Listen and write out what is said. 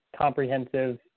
comprehensive